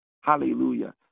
Hallelujah